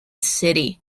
city